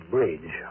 Bridge